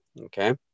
Okay